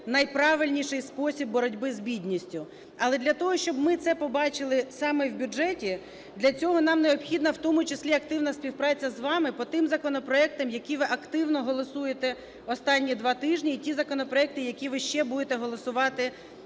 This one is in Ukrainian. найправильніший спосіб боротьби з бідністю. Але для того, щоб ми це побачили саме в бюджеті, для цього нам необхідна в тому числі і активна співпраця з вами по тим законопроектам, які ви активно голосуєте останні два тижні, і ті законопроекти, які ви ще будете голосувати